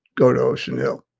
go to ocean hill.